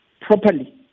properly